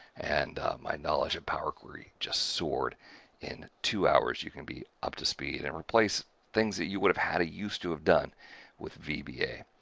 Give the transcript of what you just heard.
and my knowledge of power query just soared in two hours. you can be up to speed and replace things that you would have had to used to have done with vba.